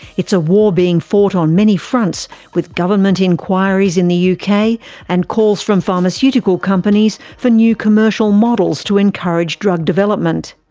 it's a war being fought on many fronts with government inquiries in the yeah uk and calls from pharmaceutical companies for new commercial models to encourage drug development.